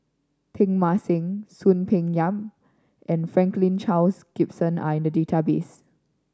Teng Mah Seng Soon Peng Yam and Franklin Charles Gimson are in the database